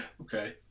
Okay